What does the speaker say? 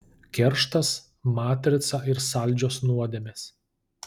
kerštas matrica ir saldžios nuodėmės